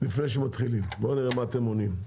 לפני שמתחילים, בוא נראה מה אתם עונים.